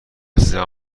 سینما